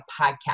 podcast